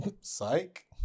Psych